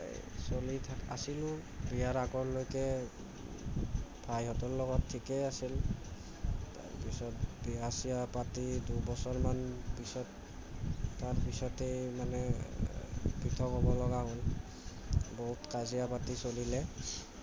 চলি থাক আছিলোঁ বিয়াৰ আগলৈকে ভাইহঁতৰ লগত ঠিকে আছিল তাৰপিছত বিয়া চিয়া পাতি দুবছৰমান পিছত তাৰপিছতেই মানে পৃথক হ'ব লগা হ'ল বহুত কাজিয়া পাতি চলিলে